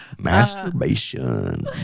Masturbation